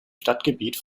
stadtgebiet